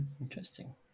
interesting